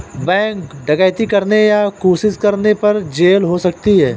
bank डकैती करने या कोशिश करने पर जेल हो सकती है